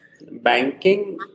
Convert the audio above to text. banking